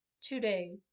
today